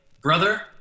Brother